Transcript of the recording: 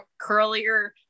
curlier